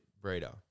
breeder